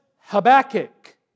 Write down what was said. Habakkuk